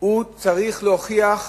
צריך להוכיח